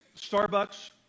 Starbucks